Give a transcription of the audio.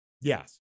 Yes